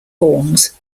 forms